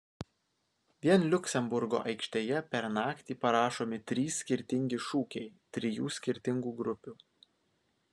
vien liuksemburgo aikštėje per naktį parašomi trys skirtingi šūkiai trijų skirtingų grupių